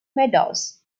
meadows